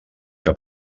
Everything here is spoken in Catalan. que